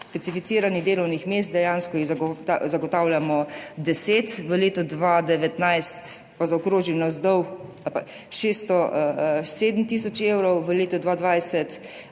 specificiranih delovnih mest, dejansko jih zagotavljamo 10, v letu 2019, pa zaokrožim navzdol, 607 tisoč evrov, v letu 2020